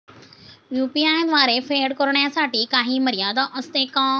UPI द्वारे फेड करण्यासाठी काही मर्यादा असते का?